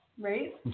Right